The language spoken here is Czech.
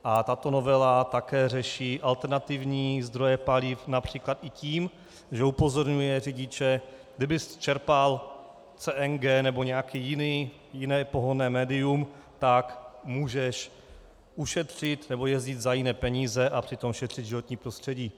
A tato novela také řeší alternativní zdroje paliv např. i tím, že upozorňuje řidiče kdybys čerpal CNG nebo nějaké jiné pohonné médium, tak můžeš ušetřit nebo jezdit za jiné peníze a přitom šetřit životní prostředí.